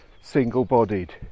single-bodied